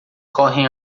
correm